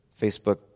Facebook